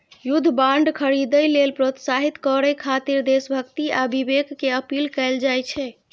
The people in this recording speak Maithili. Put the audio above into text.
युद्ध बांड खरीदै लेल प्रोत्साहित करय खातिर देशभक्ति आ विवेक के अपील कैल जाइ छै